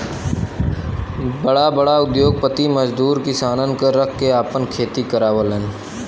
बड़ा बड़ा उद्योगपति मजदूर किसानन क रख के आपन खेती करावलन